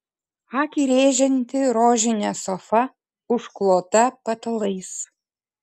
akį rėžianti rožinė sofa užklota patalais